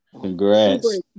congrats